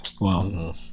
Wow